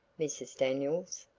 mrs. daniels.